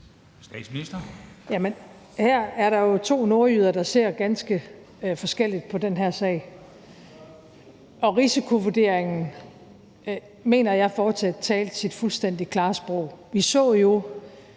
her er der jo to nordjyder, der ser ganske forskelligt på den her sag. Risikovurderingen mener jeg fortsat talte sit fuldstændig klare sprog. Vi så jo